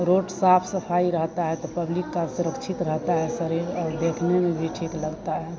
road साफ सफाई रहता है तो पब्लिक का सुरक्षित रहता है शरीर और देखने में भी ठीक लगता है